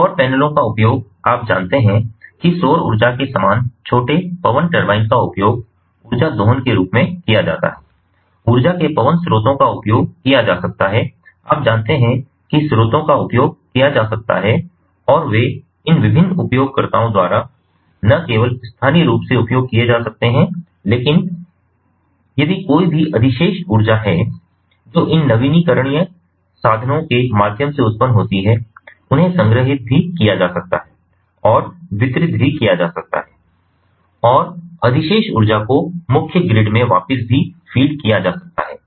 तो सौर पैनलों का उपयोग आप जानते हैं कि सौर ऊर्जा के समान छोटे पवन टर्बाइन का उपयोग ऊर्जा दोहन के रूप में किया जाता है ऊर्जा के पवन स्रोतों का उपयोग किया जा सकता है आप जानते हैं कि स्रोतों का उपयोग किया जा सकता है और वे इन विभिन्न उपयोगकर्ताओं द्वारा न केवल स्थानीय रूप से उपयोग किए जा सकते हैं लेकिन यदि कोई भी अधिशेष ऊर्जा है जो इन नवीकरणीय साधनों के माध्यम से उत्पन्न होती है उन्हें संग्रहीत भी किया जा सकता है और वितरित भी किया जा सकता है और अधिशेष ऊर्जा को मुख्य ग्रिड में वापस भी फीड किया जा सकता है